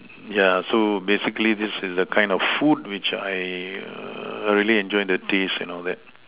yeah so basically this is the kind of food which I err really enjoy the taste and all that